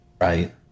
right